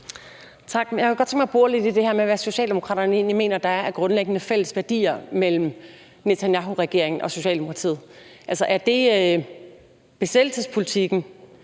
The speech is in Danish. Jeg kunne godt tænke mig at bore lidt i det her med, hvad Socialdemokraterne egentlig mener der er af grundlæggende fælles værdier mellem Netanyahuregeringen og Socialdemokratiet. Er det besættelsespolitikken?